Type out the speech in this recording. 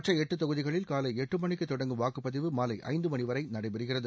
மற்ற எட்டு தொகுதிகளில் காலை எட்டு மணிக்கு தொடங்கும் வாக்குப்பதிவு மாலை ஐந்து மணி வரை நடைபெறுகிறது